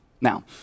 Now